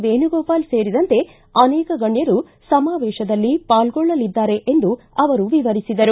ವೇಣುಗೋಪಾಲ್ ಸೇರಿದಂತೆ ಅನೇಕ ಗಣ್ಯರು ಸಮಾವೇಶದಲ್ಲಿ ಪಾಲ್ಗೊಳ್ಳಲಿದ್ದಾರೆ ಎಂದು ಅವರು ವಿವರಿಸಿದರು